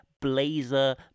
Blazer